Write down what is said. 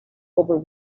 over